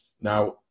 Now